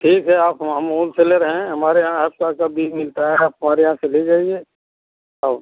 ठीक है आप हम होलसेलर हैं हमारे यहाँ हर तरह का बीज मिलता है आप हमारे यहाँ से ले जाइए आओ